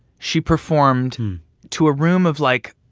she performed to a room of, like,